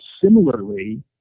similarly